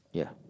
yeah